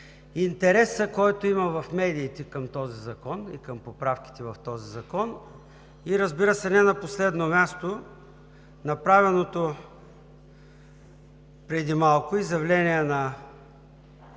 интереса, който има в медиите към този закон и към поправките в него, и, разбира се, не на последно място, на направеното преди малко изявление на